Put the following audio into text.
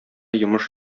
йомыш